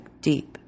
deep